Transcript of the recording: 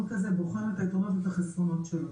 כזה בוחן את היתרונות והחסרונות שלו.